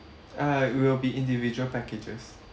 ah it will be individual packages